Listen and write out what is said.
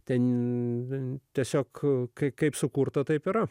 ten tiesiog kaip sukurta taip yra